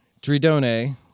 Dridone